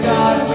God